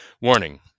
warning